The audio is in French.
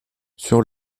sur